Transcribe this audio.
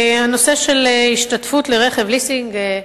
הנושא של השתתפות ברכב ליסינג,